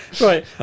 Right